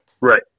Right